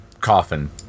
coffin